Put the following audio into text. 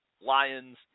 Lions